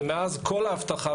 ומאז כל האבטחה,